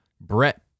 Brett